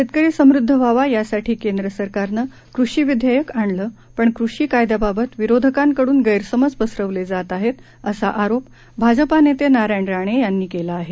शेतकरी समृद्ध व्हावा यासाठी केंद्र सरकारनं कृषी विधेयक आणलं पण कृषी कायद्याबाबत विरोधकांकडून गर्स्तमज पसरवले जात आहेत असा आरोप भाजपा नेते नारायण राणे यांनी केला आहे